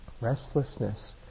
Restlessness